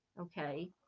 okay